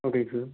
ஓகேங்க சார்